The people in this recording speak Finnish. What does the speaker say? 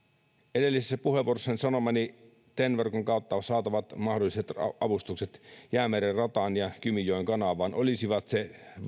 edellisessä puheenvuorossa sanomaani liittyen ten verkon kautta saatavat mahdolliset avustukset jäämeren rataan ja kymijoen kanavaan olisivat se